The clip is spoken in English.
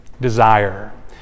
Desire